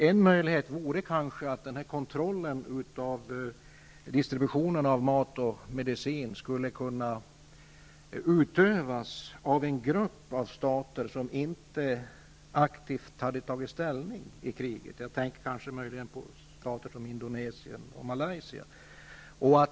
En möjlighet vore kanske att kontrollen av distribution av mat och medicin skulle kunna utövas av en grupp av stater som inte aktivt tagit ställning i kriget. Jag tänker på stater som Indonesien och Malaysia.